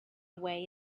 away